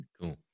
Cool